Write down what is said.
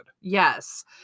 Yes